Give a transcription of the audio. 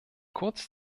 kurz